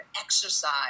exercise